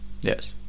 Yes